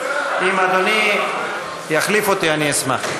אם אדוני יחליף אותי, אני אשמח.